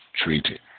treated